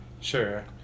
Sure